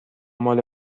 مال